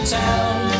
town